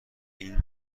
این